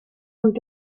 und